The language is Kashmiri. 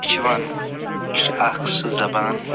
یہِ چھِ یِوان یہِ چھِ اکھ سُہ زبان